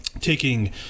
Taking